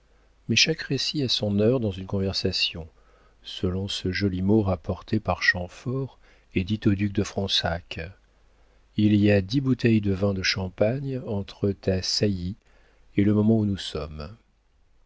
mais chaque récit a son heure dans une conversation selon ce joli mot rapporté par chamfort et dit au duc de fronsac il y a dix bouteilles de vin de champagne entre ta saillie et le moment où nous sommes